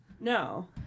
No